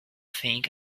thing